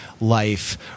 life